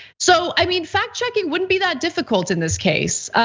so i mean, fact checking wouldn't be that difficult in this case.